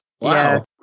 Wow